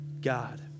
God